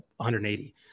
180